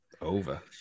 over